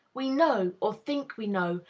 we know, or think we know,